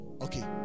okay